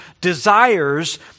desires